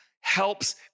helps